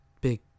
Big